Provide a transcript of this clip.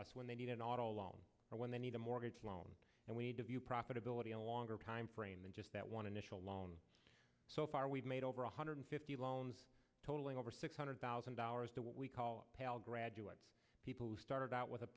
us when they need an auto loan or when they need a mortgage loan and we need to view profitability in a longer timeframe and just that one initial loan so far we've made over one hundred fifty loans totaling over six hundred thousand dollars to what we call pal graduate people who started out with a